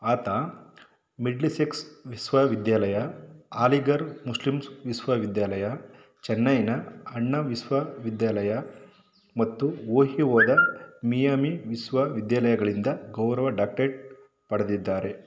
ಆತ Middlesex ವಿಶ್ವವಿದ್ಯಾಲಯ Aligarh Muslim ವಿಶ್ವವಿದ್ಯಾಲಯ ಚೆನ್ನೈನ ಅಣ್ಣಾ ವಿಶ್ವವಿದ್ಯಾಲಯ ಮತ್ತು ಓಹಿಯೊದ ಮಿಯಾಮಿ ವಿಶ್ವವಿದ್ಯಾಲಯಗಳಿಂದ ಗೌರವ ಡಾಕ್ಟರೇಟ್ ಪಡೆದಿದ್ದಾರೆ